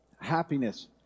happiness